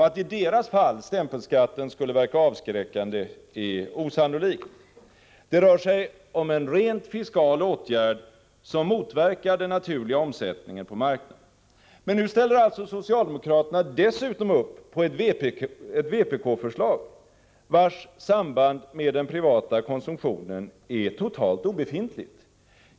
Att stämpelskatten i deras fall skulle verka avskräckande är osannolikt. Det rör sig om en rent fiskal åtgärd, som motverkar den naturliga omsättningen på marknaden. Men nu ställer alltså socialdemokraterna dessutom upp på ett vpk-förslag, vars samband med den privata konsumtionen är totalt obefintligt.